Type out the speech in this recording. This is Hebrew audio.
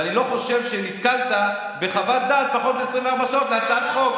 ואני לא חושב שנתקלת בחוות דעת בפחות מ-24 שעות להצעת חוק.